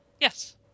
Yes